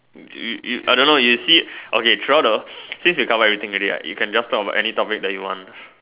you you I don't know you see okay throughout the since you covered everything already right you can just talk about any topic that you want